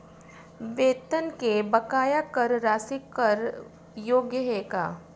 वेतन के बकाया कर राशि कर योग्य हे का?